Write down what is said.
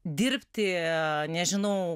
dirbti nežinau